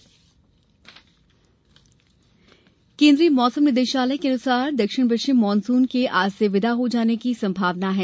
मौसम केन्द्रीय मौसम निदेशालय के अनुसार दक्षिण पश्चिम मानसून के आज से विदा हो जाने की संभावना है